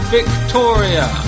Victoria